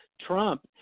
Trump